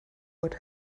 would